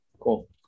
Cool